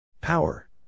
Power